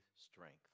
strength